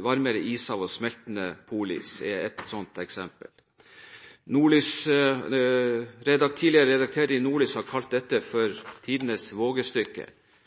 varmere ishav og smeltende polis, er slike eksempler. Tidligere redaktør i Nordlys har kalt dette